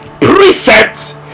precepts